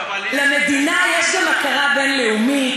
למדינה יש גם הכרה בין-לאומית,